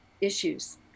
issues